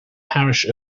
parish